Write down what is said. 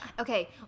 okay